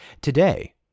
Today